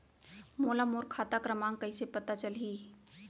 मोला मोर खाता क्रमाँक कइसे पता चलही?